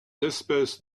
espèces